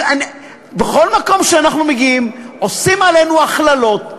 בכל מקום שאנחנו מגיעים עושים עלינו הכללות,